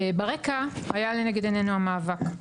ברקע היה לנגד עיננו המאבק,